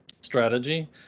strategy